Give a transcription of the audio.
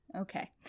Okay